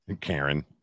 Karen